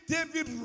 David